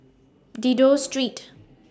Dido Street